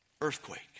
Earthquake